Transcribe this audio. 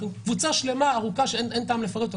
קבוצה שלמה ארוכה שאין טעם לפרט אותה.